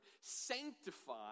sanctify